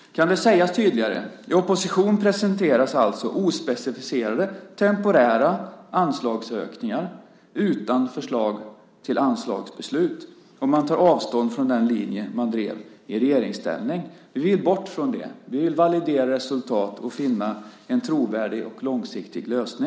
Kan det sägas tydligare? I opposition presenteras alltså ospecificerade temporära anslagsökningar utan förslag till anslagsbeslut och man tar avstånd från den linje man drev i regeringsställning. Vi vill bort från det. Vi vill validera resultat och finna en trovärdig och långsiktig lösning.